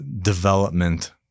development